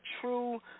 true